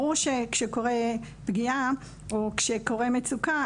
ברור שכשיש פגיעה או שכשקורת מצוקה,